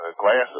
glasses